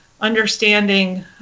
understanding